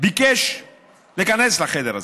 ביקש להיכנס לחדר הזה.